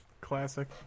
classic